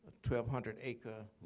two hundred acre.